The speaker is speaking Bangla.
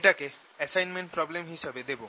এটাকে একটা এসাইনমেন্ট প্রব্লেম হিসেবে দেব